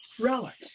relics